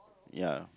ya